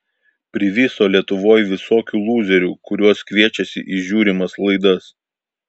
priviso lietuvoj visokių lūzerių kuriuos kviečiasi į žiūrimas laidas